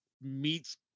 meets